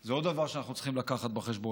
זה עוד דבר שאנחנו צריכים להביא בחשבון,